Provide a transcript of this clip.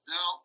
Now